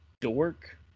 dork